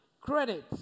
credit